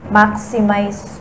maximize